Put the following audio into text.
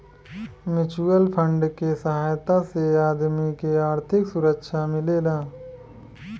mutual fund के सहायता से आदमी के आर्थिक सुरक्षा मिलेला